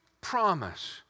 promise